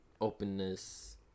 openness